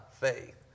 faith